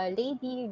lady